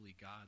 God